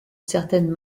certaines